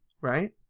right